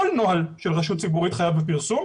כל נוהל של רשות ציבורית חייב בפרסום.